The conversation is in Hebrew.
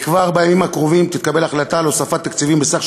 וכבר בימים הקרובים תתקבל החלטה על הוספת תקציבים בסך